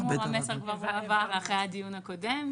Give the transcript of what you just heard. כאמור המסר כבר הועבר אחרי הדיון הקודם,